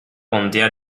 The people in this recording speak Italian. contea